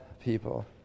people